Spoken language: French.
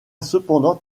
cependant